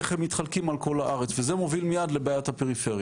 איך הם מתחלקים על כל הארץ וזה מוביל מיד לבעיית הפריפריה.